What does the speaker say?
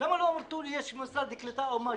למה לא אמרו לי שיש את משרד הקליטה, או משהו?